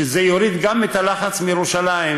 וזה יוריד גם את הלחץ מירושלים.